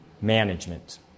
management